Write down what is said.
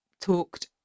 talked